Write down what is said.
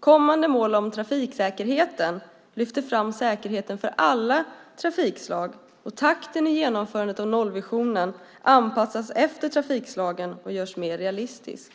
Kommande mål om trafiksäkerheten lyfter fram säkerheten för alla trafikslag. Takten i genomförandet av nollvisionen anpassas efter trafikslagen och görs mer realistisk.